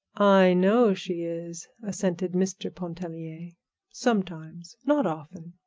i know she is, assented mr. pontellier sometimes, not often.